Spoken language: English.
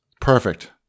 Perfect